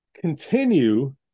Continue